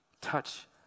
Touch